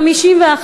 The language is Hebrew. שווא לעזרה),